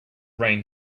rain